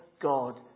God